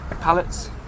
pallets